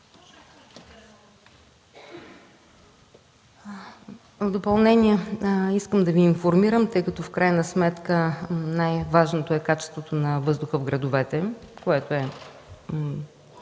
В допълнение искам да Ви информирам, тъй като в крайна сметка най-важното е качеството на въздуха в градовете, което е